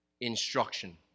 Instruction